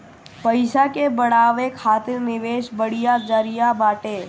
पईसा के बढ़ावे खातिर निवेश बढ़िया जरिया बाटे